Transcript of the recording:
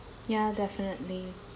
ya definitely